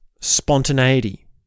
spontaneity